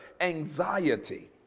anxiety